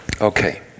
Okay